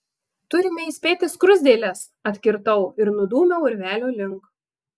turime įspėti skruzdėles atkirtau ir nudūmiau urvelio link